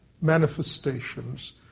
manifestations